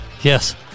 Yes